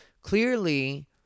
clearly